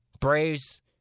Braves